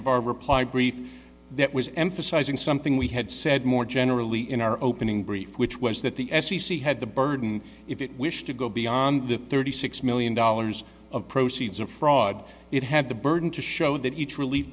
of our reply brief that was emphasizing something we had said more generally in our opening brief which was that the f c c had the burden if it wished to go beyond the thirty six million dollars of proceeds of fraud it had the burden to show that each relie